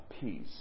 peace